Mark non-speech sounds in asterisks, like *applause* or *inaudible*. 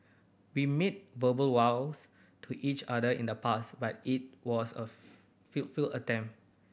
we made verbal vows to each other in the past but it was a *unintelligible* feel feel attempt